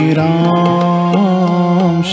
Ram